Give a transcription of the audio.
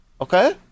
okay